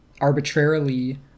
arbitrarily